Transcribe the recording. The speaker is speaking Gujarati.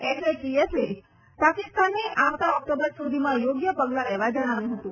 એફએટીએફે પાકિસ્તાનને આવતા ઓકટોબર સુધીમાં યોગ્ય પગલા લેવા જણાવ્યું હતું